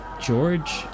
george